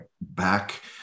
back